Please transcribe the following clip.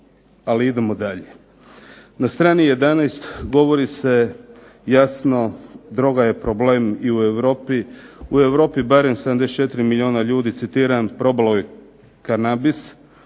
ali idemo dalje. Na strani 11. govori se jasno droga je problem i u Europi. U Europi barem 74 milijuna ljudi, citiram "probalo je kanabis